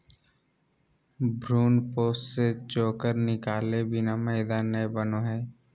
भ्रूणपोष से चोकर निकालय बिना मैदा नय बनो हइ